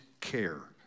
care